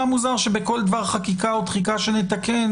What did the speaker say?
מוזר שבכל דבר חקיקה או דחיקה שנתקן,